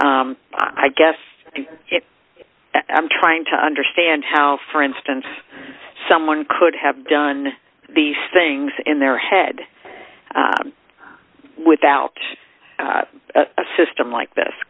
i guess i'm trying to understand how for instance someone could have done these things in their head without a system like this